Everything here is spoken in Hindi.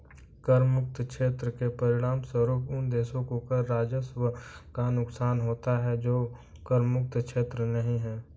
कर मुक्त क्षेत्र के परिणामस्वरूप उन देशों को कर राजस्व का नुकसान होता है जो कर मुक्त क्षेत्र नहीं हैं